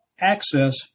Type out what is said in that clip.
access